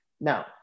now